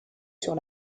sur